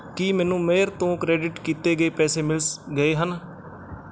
ਕੀ ਮੈਨੂੰ ਮੇਹਰ ਤੋ ਕ੍ਰੈਡਿਟ ਕੀਤੇ ਗਏ ਪੈਸੇ ਮਿਲ ਸ ਗਏ ਹਨ